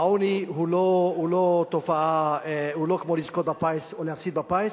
העוני הוא לא כמו לזכות בפיס או להפסיד בפיס,